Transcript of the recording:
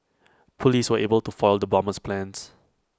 Police were able to foil the bomber's plans